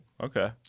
Okay